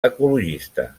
ecologista